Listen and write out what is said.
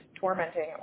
tormenting